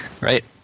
Right